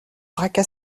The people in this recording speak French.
braqua